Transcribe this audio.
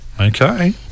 Okay